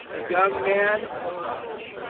young man, he said,